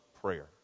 prayer